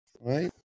right